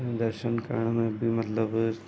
असांखे दर्शन करण में बि मतिलबु